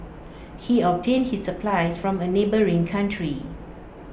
he obtained his supplies from A neighbouring country